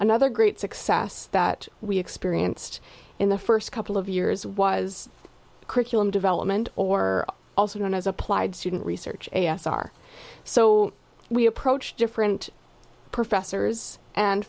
another great success that we experienced in the first couple of years was curriculum development or also known as applied student research a s r so we approached different professors and